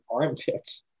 armpits